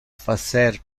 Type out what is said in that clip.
facer